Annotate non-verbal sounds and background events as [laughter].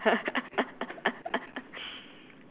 [laughs]